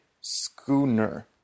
schooner